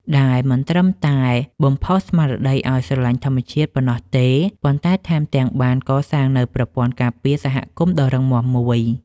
ដែលមិនត្រឹមតែបំផុសស្មារតីឱ្យស្រឡាញ់ធម្មជាតិប៉ុណ្ណោះទេ ប៉ុន្តែថែមទាំងបានកសាងនូវប្រព័ន្ធការពារសហគមន៍ដ៏រឹងមាំមួយ។